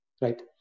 right